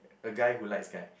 a guy who likes guy